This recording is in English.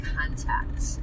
contact